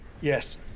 Yes